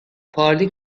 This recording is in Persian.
پارلی